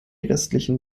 restlichen